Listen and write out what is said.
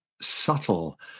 subtle